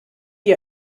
ihr